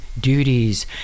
duties